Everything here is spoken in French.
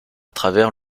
travers